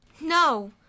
No